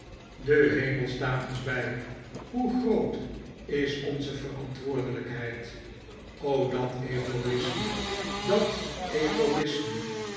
de hemel sta ons bij hoe groot is onze verantwoordelijkheid o dat egoisme dat egoisme